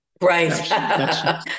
Right